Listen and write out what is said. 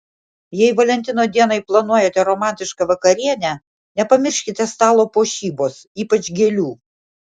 jei valentino dienai planuojate romantišką vakarienę nepamirškite stalo puošybos ypač gėlių